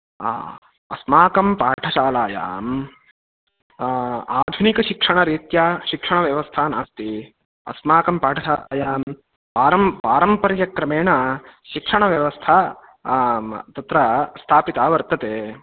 हा अस्माकं पाठशालायां आधुनिकशिक्षणरीत्या शिक्षणव्यवस्था नास्ति अस्माकं पाठशालायां पारं पारम्पर्यक्रमेण शिक्षणव्यवस्था तत्र स्थापिता वर्तते